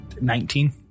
Nineteen